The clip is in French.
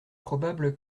probable